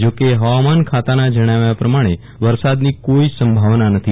જોકે હવામાન ખાતાના જણાવ્યા પ્રમાણ વરસાદની કોઈ જ સંભાવના નથી